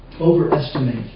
overestimate